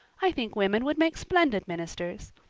i think women would make splendid ministers.